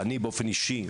באופן אישי,